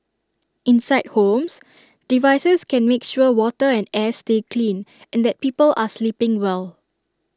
inside homes devices can make sure water and air stay clean and that people are sleeping well